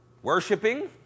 Worshipping